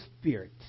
Spirit